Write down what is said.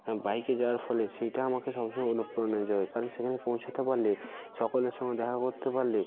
আর বাইকে যাওয়ার ফলে সেইটা আমাকে সব সময় অনুপ্রেরণা যোগায় কারণ সেখানে পৌঁছাতে পারলে সকলের সঙ্গে দেখা করতে পারলে